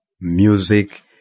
music